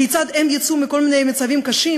כיצד הם יצאו מכל מיני מצבים קשים,